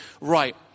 right